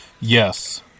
Yes